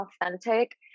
authentic